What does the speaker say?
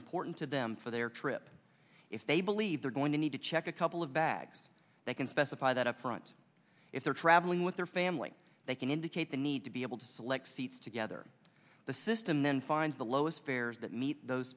important to them for their trip if they believe they're going to need to check a couple of bags they can specify that up front if they're traveling with their family they can indicate the need to be able to select seats together the system then finds the lowest fares that meet those